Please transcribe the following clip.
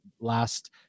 last